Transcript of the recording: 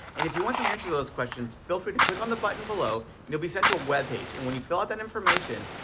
and if you want some answers to those questions, feel free to click on the button below, and you'll be sent to a web page, and when you fill out that information,